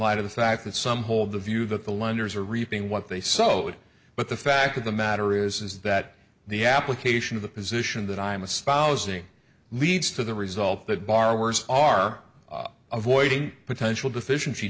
light of the fact that some hold the view that the lenders are reaping what they sow but the fact of the matter is is that the application of the position that i am a spouse me leads to the result that borrowers are avoiding potential deficiency